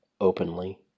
openly